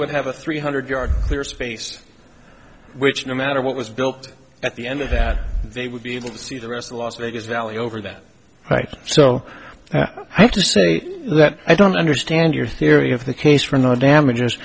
would have a three hundred yard clear space which no matter what was built at the end of that they would be able to see the rest of las vegas valley over that right so i have to say that i don't understand your theory of the case from the damages